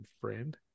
friend